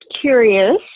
curious